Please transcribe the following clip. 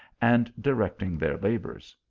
and directing their labours.